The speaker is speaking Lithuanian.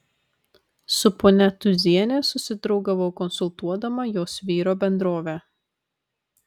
su ponia tūziene susidraugavau konsultuodama jos vyro bendrovę